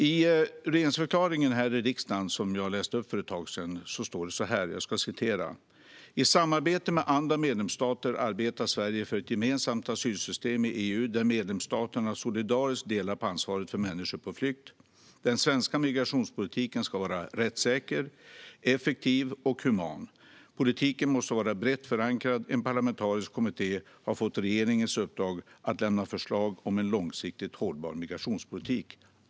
I regeringsförklaringen, som jag läste upp för ett tag sedan i riksdagen, står så här: "I samarbete med andra medlemsstater arbetar Sverige för ett gemensamt asylsystem i EU där medlemsstaterna solidariskt delar på ansvaret för människor på flykt. Den svenska migrationspolitiken ska vara rättssäker, effektiv och human. Politiken måste vara brett förankrad. En parlamentarisk kommitté har fått regeringens uppdrag att lämna förslag om en långsiktigt hållbar migrationspolitik.